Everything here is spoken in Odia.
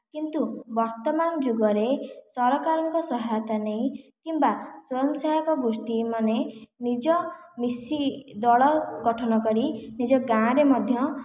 କିନ୍ତୁ ବର୍ତ୍ତମାନ ଯୁଗରେ ସରକାରଙ୍କ ସହାୟତା ନେଇ କିମ୍ବା ସ୍ଵଂୟସହାୟକ ଗୋଷ୍ଠୀମାନେ ନିଜ ମିଶି ଦଳଗଠନ କରି ନିଜ ଗାଁ ରେ ମଧ୍ୟ